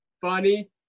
funny